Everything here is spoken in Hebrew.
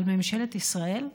אבל ממשלת ישראל,